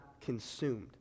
consumed